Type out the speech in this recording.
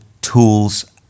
tools